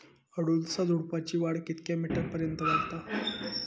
अडुळसा झुडूपाची वाढ कितक्या मीटर पर्यंत वाढता?